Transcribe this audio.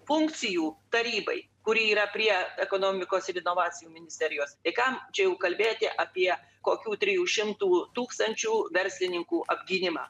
funkcijų tarybai kuri yra prie ekonomikos ir inovacijų ministerijos kam čia jau kalbėti apie kokių trijų šimtų tūkstančių verslininkų apgynimą